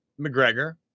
McGregor